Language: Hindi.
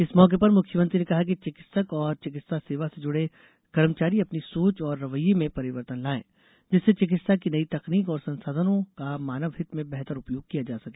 इस मौके पर मुख्यमंत्री ने कहा कि चिकित्सक और चिकित्सा सेवा से जुड़े कर्मचारी अपनी सोच और रवैये में परिवर्तन लायें जिससे चिकित्सा की नई तकनीकों और संसाधनों का मानव हित में बेहतर उपयोग किया जा सके